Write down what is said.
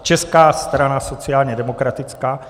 Česká strana sociálně demokratická.